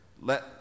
let